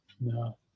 No